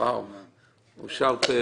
מי נמנע?